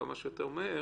כמה שיותר מהר,